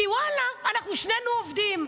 כי וואלה, אנחנו שנינו עובדים.